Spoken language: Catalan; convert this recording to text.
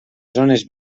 zones